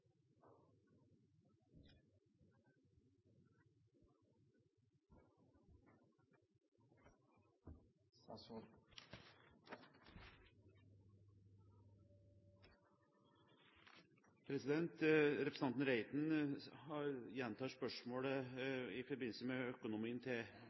utfordringa. Representanten Reiten gjentar spørsmålet i forbindelse med økonomien til